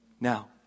Now